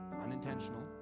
unintentional